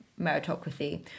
meritocracy